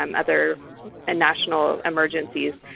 um other and national emergencies.